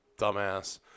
dumbass